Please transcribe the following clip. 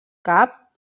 cap